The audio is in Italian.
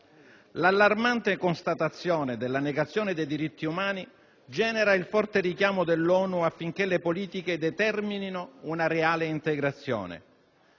L'allarmante constatazione della negazione dei diritti umani genera il forte richiamo dell'ONU affinché le politiche determinino una reale integrazione.